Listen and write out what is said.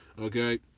okay